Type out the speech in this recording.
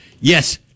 yes